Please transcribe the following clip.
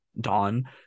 dawn